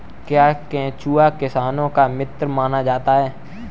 क्या केंचुआ किसानों का मित्र माना जाता है?